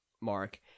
mark